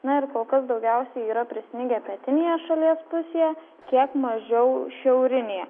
na ir kol kas daugiausiai yra prisnigę pietinėje šalies pusėje kiek mažiau šiaurinėje